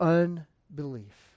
unbelief